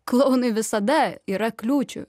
klounui visada yra kliūčių